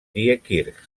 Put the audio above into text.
diekirch